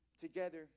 together